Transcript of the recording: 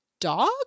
dog